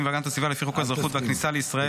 והגנת הסביבה לפי חוק האזרחות והכניסה לישראל,